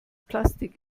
plastik